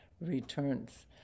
returns